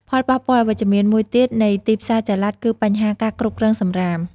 ផលប៉ះពាល់អវិជ្ជមានមួយទៀតនៃទីផ្សារចល័តគឺបញ្ហាការគ្រប់គ្រងសំរាម។